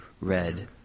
red